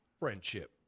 Friendship